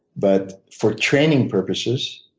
but for training purposes,